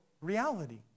reality